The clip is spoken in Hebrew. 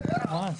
תודה רבה, אדוני.